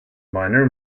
minor